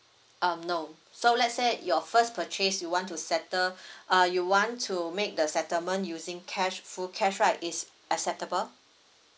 um no so let's say your first purchase you want to settle uh you want to make the settlement using cash full cash right it's acceptable